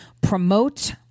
promote